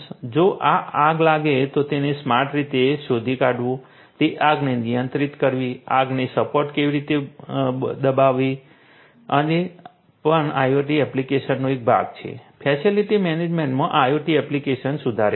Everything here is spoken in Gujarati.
જો આગ લાગે તો તેને સ્માર્ટ રીતે શોધી કાઢવું તે આગને નિયંત્રિત કરવી આગને સ્માર્ટ રીતે દબાવવી એ પણ IoT એપ્લિકેશનનો એક ભાગ છે ફેસિલિટી મેનેજમેન્ટમાં IoT એપ્લિકેશન સુધારેલ છે